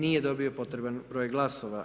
Nije dobio potreban broj glasova.